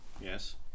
yes